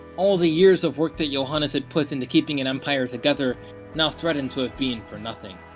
all the years of work that yohannes had put into keeping an empire together now threatened to have been for nothing.